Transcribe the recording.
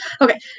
Okay